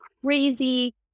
crazy